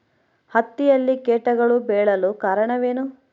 ಹತ್ತಿಯಲ್ಲಿ ಕೇಟಗಳು ಬೇಳಲು ಕಾರಣವೇನು?